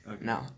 No